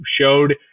showed